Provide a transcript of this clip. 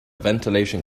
ventilation